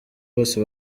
bose